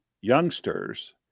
youngsters